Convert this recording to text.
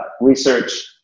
research